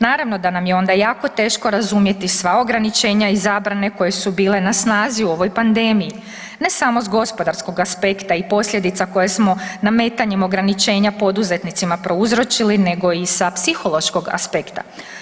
Naravno da nam je onda jako teško razumjeti sva ograničenja i zabrane koje su bile na snazi u ovoj pandemiji ne samo s gospodarskog aspekta i posljedica koje smo nametanjem ograničenja poduzetnicima prouzročili nego i sa psihološkog aspekta.